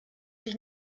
sich